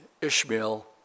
Ishmael